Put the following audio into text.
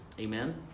Amen